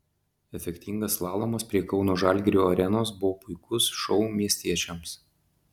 efektingas slalomas prie kauno žalgirio arenos buvo puikus šou miestiečiams